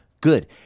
good